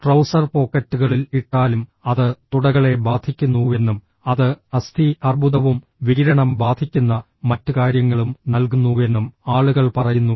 trouser പോക്കറ്റുകളിൽ ഇട്ടാലും അത് തുടകളെ ബാധിക്കുന്നുവെന്നും അത് അസ്ഥി അർബുദവും വികിരണം ബാധിക്കുന്ന മറ്റ് കാര്യങ്ങളും നൽകുന്നുവെന്നും ആളുകൾ പറയുന്നു